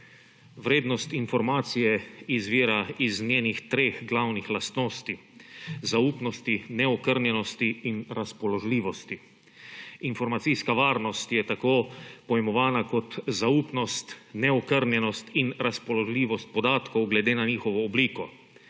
Vrednost informacije izvira iz njenih treh glavnih lastnosti – zaupnosti, neokrnjenosti in razpoložljivosti. Informacijska varnost je tako pojmovana kot zaupnost, neokrnjenost in razpoložljivost podatkov, glede na njihovo obliko;